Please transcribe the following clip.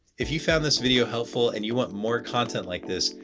if you found this video helpful and you want more content like this,